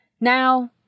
Now